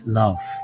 love